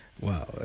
Wow